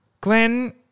Glenn